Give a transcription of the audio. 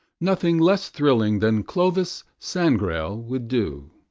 nothing less thrilling than clovis sangrail would do.